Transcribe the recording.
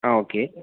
ஆ okay